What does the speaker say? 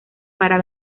para